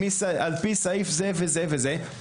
"על פי סעיף זה וזה וזה",